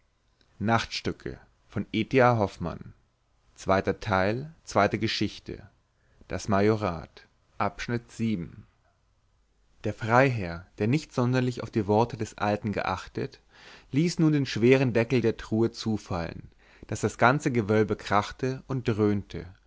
der freiherr der nicht sonderlich auf die worte des alten geachtet ließ nun den schweren deckel der truhe zufallen daß das ganze gewölbe krachte und dröhnte